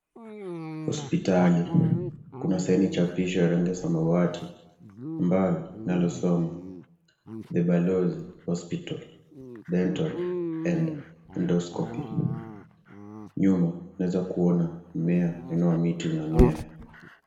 Hospitali kuna seni ya picha ya rangi ya samawati ambalo linalosomwa the balozi hospital dental and endoscopy nyuma unaeza kuona mmea inayo miti unamea